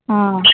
ஆ